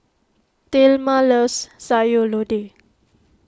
thelma loves Sayur Lodeh